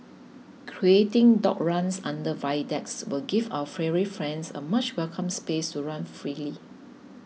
creating dog runs under viaducts will give our furry friends a much welcome space to run freely